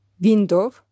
Window